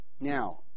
Now